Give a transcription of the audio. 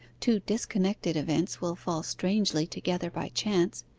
two disconnected events will fall strangely together by chance,